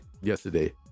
yesterday